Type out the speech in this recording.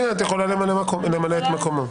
כן, את יכולה למלא את מקומו.